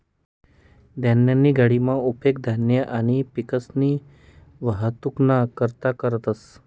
धान्यनी गाडीना उपेग धान्य आणि पिकसनी वाहतुकना करता करतंस